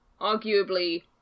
arguably